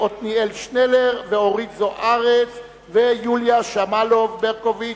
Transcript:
עתניאל שנלר, אורית זוארץ ויוליה שמאלוב-ברקוביץ,